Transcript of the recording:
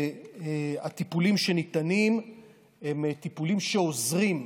והטיפולים שניתנים הם טיפולים שעוזרים,